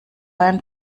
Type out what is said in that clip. ein